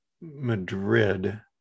Madrid